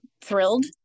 thrilled